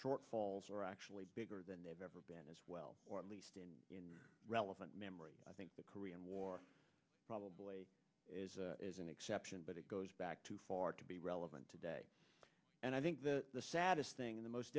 shortfalls are actually bigger than they've ever been as well or at least in relevant memory i think the korean war probably is an exception but it goes back to far to be relevant today and i think the saddest thing in the most